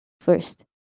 First